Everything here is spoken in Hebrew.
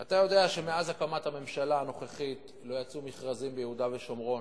אתה יודע שמאז הקמת הממשלה הנוכחית לא יצאו מכרזים ביהודה ושומרון.